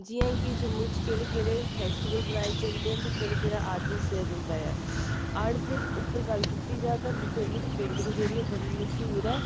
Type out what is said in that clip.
जि'यां कि जम्मू च केह्ड़े केह्ड़े फैस्टिवल मनाए जंदे न ते केह्ड़ा केह्ड़ा आर्ट दस्सेआ जंदा ऐ आर्ट ते उप्पर गल्ल कीती जा तां बसोह्ली दी पेंटिंग जेह्ड़ी ओह् बड़ी मश्हूर ऐ